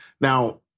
Now